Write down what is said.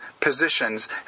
positions